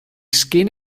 skin